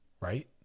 right